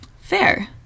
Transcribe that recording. Fair